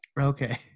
Okay